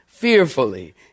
fearfully